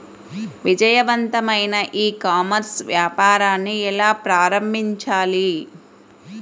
విజయవంతమైన e commerce వ్యాపారాన్ని ఎలా ప్రారంభించాలి?